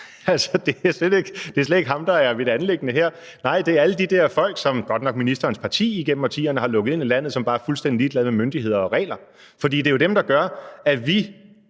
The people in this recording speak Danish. Det er slet ikke ham, der er mit anliggende her. Nej, det er alle de der folk, som ministerens parti igennem årtier godt nok har lukket ind i landet, som bare er fuldstændig ligeglade med myndigheder og regler, for det er jo dem, der gør, at vi,